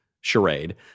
charade